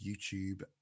YouTube